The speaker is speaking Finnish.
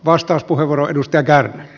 arvoisa puhemies